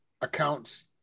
accounts